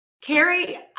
Carrie